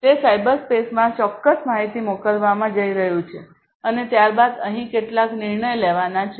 તે સાયબર સ્પેસમાં ચોક્કસ માહિતી મોકલવા જઇ રહ્યું છે અને ત્યારબાદ અહીં કેટલાક નિર્ણય લેવાના છે